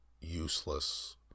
useless